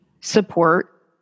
support